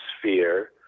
sphere